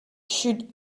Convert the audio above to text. should